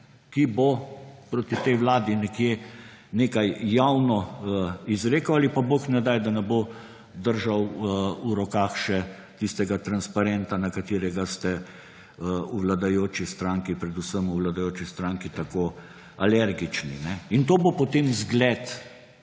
ki bo proti tej vladi nekje nekaj javno izrekel ali pa bo bog ne daj držal v rokah še tisti transparent, na katerega ste v vladajoči stranki, predvsem v vladajoči stranki tako alergični. In to bo potem zgled,